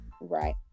right